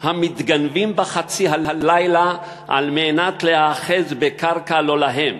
המתגנבים בחצי הלילה על מנת להיאחז בקרקע לא להם,